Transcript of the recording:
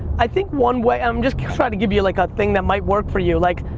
i think one way, i'm just trying to give you like a thing that might work for you, like,